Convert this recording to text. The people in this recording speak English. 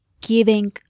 giving